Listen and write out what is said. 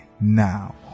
now